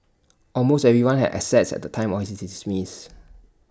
almost everyone has assets at the time of his is Smith